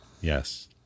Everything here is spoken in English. Yes